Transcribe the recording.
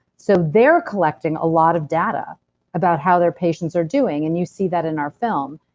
so they're collecting a lot of data about how their patients are doing. and you see that in our film.